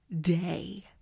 day